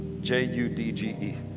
j-u-d-g-e